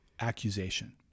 accusation